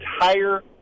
entire